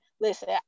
listen